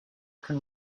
can